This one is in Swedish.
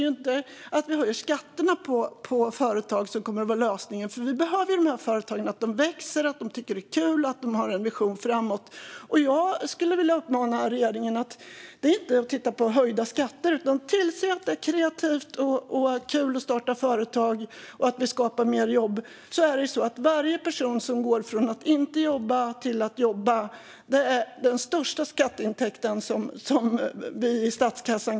Att höja skatterna är inte lösningen. Vi behöver att företag växer, tycker att det är kul och har en vision framåt. Jag vill uppmana regeringen att inte höja skatter utan göra det kul att starta företag så att fler jobb skapas, för varje person som går från att inte jobba till att jobba är den bästa skatteintäkten för statskassan.